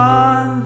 on